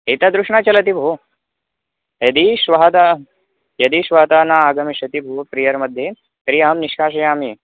एतादृशः न चलति भो यदि श्वः दअ यदि श्वः तः न आगमिष्यति भो प्रेयर्मध्ये तर्हि अहं निष्कासयामि